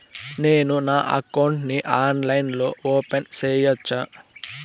నేను నా అకౌంట్ ని ఆన్లైన్ లో ఓపెన్ సేయొచ్చా?